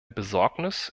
besorgnis